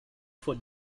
for